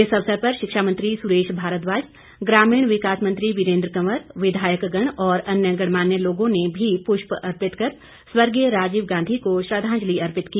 इस अवसर पर शिक्षा मंत्री सुरेश भारद्वाज ग्रामीण विकास मंत्री वीरेंद्र कंवर विधायकगण और अन्य गणमान्य लोगें ने भी पुष्प अर्पित कर स्वर्गीय राजीव गांधी को श्रद्वांजलि अर्पित की